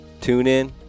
TuneIn